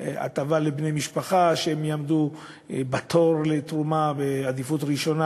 הטבה לבני משפחה שיעמדו בתור לתרומה בעדיפות ראשונה,